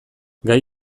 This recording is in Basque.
gai